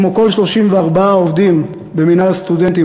כמו כל 34 העובדים במינהל הסטודנטים,